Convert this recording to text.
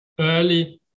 early